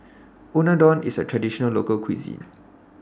Unadon IS A Traditional Local Cuisine